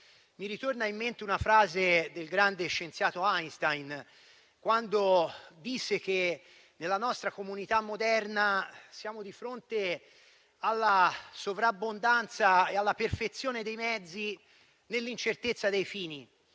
mi torna in mente una frase del grande scienziato Einstein, quando disse che nella nostra comunità moderna siamo di fronte alla sovrabbondanza e alla perfezione dei mezzi nell'incertezza dei fini.